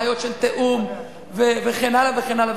בעיות של תיאום וכן הלאה.